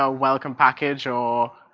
ah welcome package or?